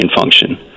function